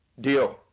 Deal